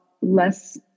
less